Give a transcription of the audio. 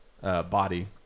body